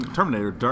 Terminator